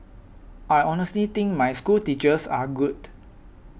I honestly think my schoolteachers are good